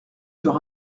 sur